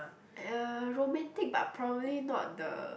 uh romantic but probably not the